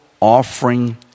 offering